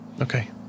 Okay